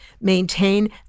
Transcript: maintain